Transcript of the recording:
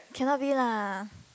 cannot be lah